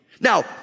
Now